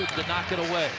did not get away